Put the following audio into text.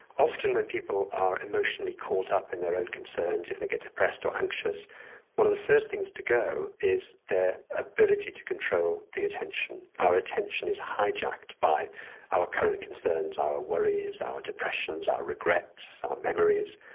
often when people are emotionally caught up in their own concerns, if they get depressed or anxious one of the first things to go is their ability to control the attention, our attention is hijacked by our current concerns, our worries, our depressions, our regrets, our memories.